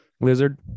lizard